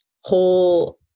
whole